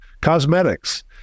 cosmetics